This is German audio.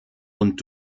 und